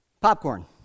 Popcorn